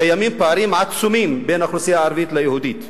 קיימים פערים עצומים בין האוכלוסייה הערבית ליהודית,